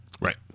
right